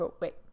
wait